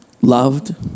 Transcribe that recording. loved